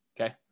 Okay